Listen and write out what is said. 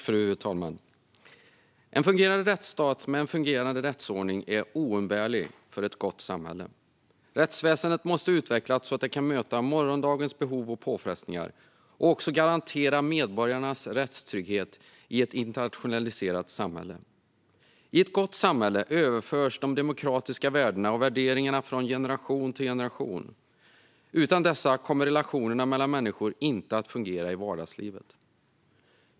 Fru talman! En fungerande rättsstat med en fungerande rättsordning är oumbärlig för ett gott samhälle. Rättsväsendet måste utvecklas så att det kan möta morgondagens behov och påfrestningar och även garantera medborgarnas rättstrygghet i ett internationaliserat samhälle. I ett gott samhälle överförs de demokratiska värdena och värderingarna från generation till generation. Utan dessa kommer inte relationerna mellan människor att fungera i vardagslivet.